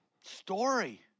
story